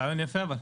רעיון יפה אבל.